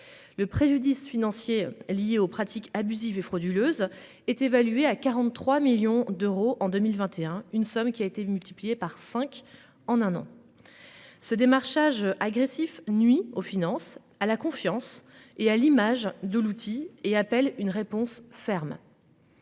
Le préjudice financier lié aux pratiques abusives et frauduleuses est évalué à 43 millions d'euros en 2021, une somme qui a été multiplié par 5 en un an. Ce démarchage agressif nuit aux finances à la confiance et à l'image de l'outil et appelle une réponse ferme.--